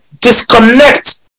disconnect